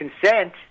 consent